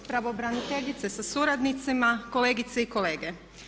Pravobraniteljice sa suradnicima, kolegice i kolege.